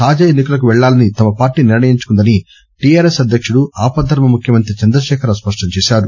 తాజా ఎన్సి కలకు పెళ్లాలని తమ పార్టీ నిర్ణయించుకుందని టీఆర్ఎస్ అధ్యకుడు ఆపద్దర్శ ముఖ్యమంత్రి చంద్రశేఖరరావు స్పష్టం చేశారు